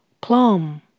plum